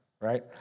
right